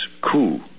coup